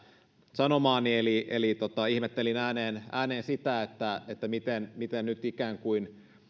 sanomaani eli eli ihmettelin ääneen ääneen sitä miten miten nyt